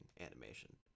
animation